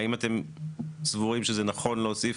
האם אתם סבורים שזה נכון להוסיף